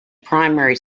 primary